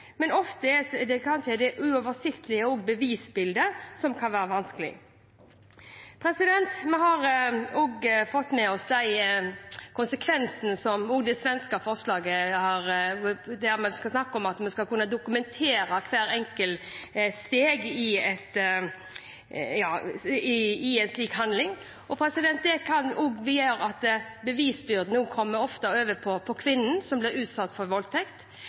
men ofte er det kanskje det uoversiktlige bevisbildet som kan være vanskelig. Vi har også fått med oss de konsekvensene som også det svenske forslaget har, der det er snakk om at vi skal kunne dokumentere hvert enkelt steg i en slik handling. Det kan også gjøre at bevisbyrden ofte kommer over på kvinnen som blir utsatt for voldtekt.